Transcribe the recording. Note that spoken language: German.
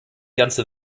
ganze